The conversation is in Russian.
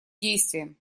действием